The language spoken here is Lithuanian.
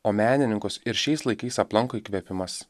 o menininkus ir šiais laikais aplanko įkvėpimas